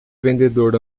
vendedor